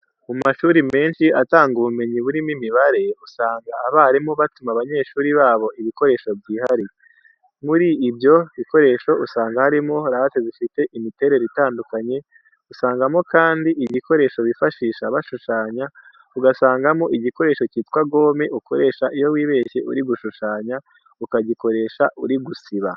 Mu mashuri menshi atanga ubumenyi burimo imibare, usanga abarimu batuma abanyeshuri babo ibikoresho byihariye. Muri ibyo bikoresho usanga harimo rate zifite imiterere itandukanye, usangamo kandi igikoresho bifashisha bashushanya, ugasangamo igikoresho cyitwa gome ukoresha iyo wibeshye uri gushushanya, ukagikoresha uri gusiba.